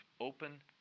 open